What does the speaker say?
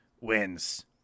wins